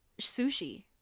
sushi